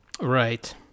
right